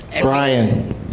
Brian